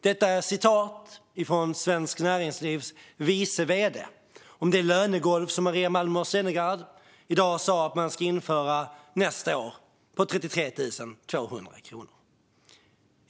Detta är citat från Svenskt Näringslivs vice vd om det lönegolv på 33 200 kronor som Maria Malmer Stenergard i dag sa att man ska införa nästa år.